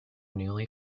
newly